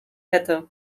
hätte